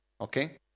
okay